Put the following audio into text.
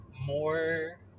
more